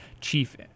Chief